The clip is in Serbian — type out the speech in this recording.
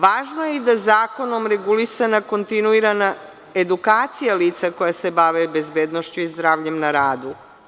Važno je i da zakonom regulisana kontinuirana edukacija lica koja se bave bezbednošću i zdravljem na radu.